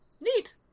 Neat